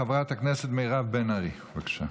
חברת הכנסת מירב בן ארי, בבקשה.